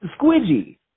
squidgy